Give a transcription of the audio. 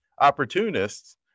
opportunists